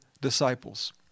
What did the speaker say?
disciples